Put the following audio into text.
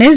S